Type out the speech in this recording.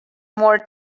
more